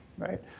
Right